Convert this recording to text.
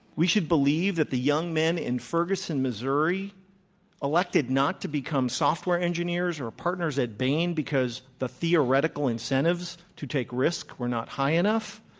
we should believe that the young men in ferguson, missouri elected not to become software engineers or partners at bain because the theoretical incentives to take risk were not high enough.